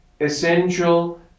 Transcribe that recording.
essential